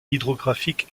hydrographique